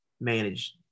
manage